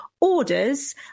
Orders